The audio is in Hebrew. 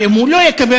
ואם הוא לא יקבל,